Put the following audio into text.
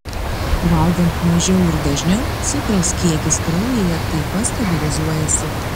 valgant mažiau ir dažniau cukraus kiekis kraujyje taip pat stabilizuojasi